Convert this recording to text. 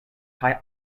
kaj